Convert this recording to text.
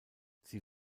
sie